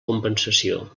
compensació